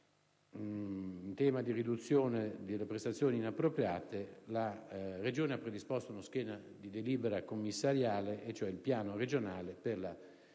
In tema di riduzione delle prestazioni inappropriate, la Regione ha predisposto uno schema di delibera commissariale, cioè il piano regionale per la riduzione